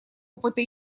опыта